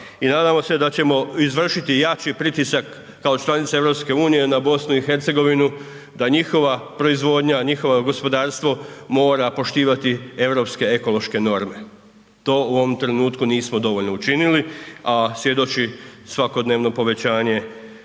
I nadamo se da ćemo izvršiti jači pritisak kao članica EU na BiH da njihova proizvodnja, njihovo gospodarstvo mora poštivati europske ekološke norme. To u ovom trenutku nismo dovoljno učinili a svjedoči svakodnevno povećanje